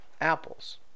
apples